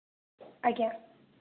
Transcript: ଆଜ୍ଞା